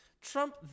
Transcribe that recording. Trump